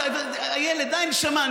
איילת, די, נשמה.